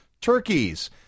turkeys